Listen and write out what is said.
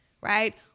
Right